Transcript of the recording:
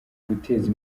guteza